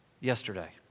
yesterday